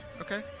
Okay